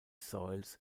soils